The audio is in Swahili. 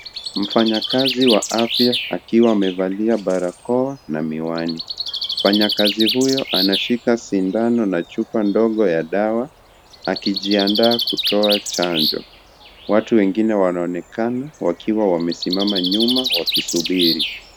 Mfanyikazi wa afya akiwa amevalia barakoa na miwani. Mfanyikazi huyo anashika sindano na chupa ndogo ya dawa akijiandaa kutoa chanjo. Watu wanaonekana wakiwa wamesimama nyuma wakisuburi.